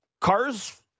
cars